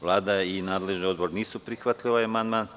Vlada i nadležni odbor nisu prihvatili ovaj amandman.